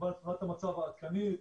תמונת המצב העדכנית,